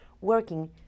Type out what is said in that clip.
working